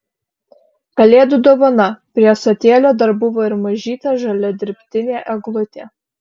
kalėdų dovana prie ąsotėlio dar buvo ir mažytė žalia dirbtinė eglutė